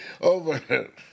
over